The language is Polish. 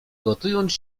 gotując